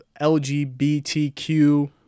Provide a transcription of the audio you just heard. LGBTQ